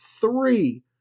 three